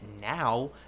now